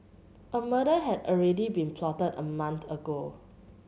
a murder had already been plotted a month ago